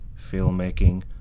filmmaking